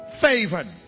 favored